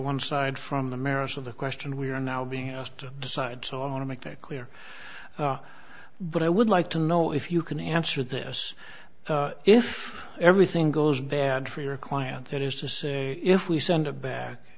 one side from the merits of the question we are now being asked to decide so i want to make that clear but i would like to know if you can answer this if everything goes bad for your client that is to say if we send it back